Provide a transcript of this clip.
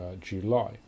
July